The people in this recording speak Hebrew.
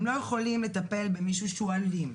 הם לא יכולים לטפל במישהו שהוא אלים.